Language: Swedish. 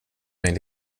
mig